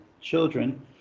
Children